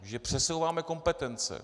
Že přesouváme kompetence.